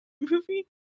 movie